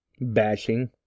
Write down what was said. bashing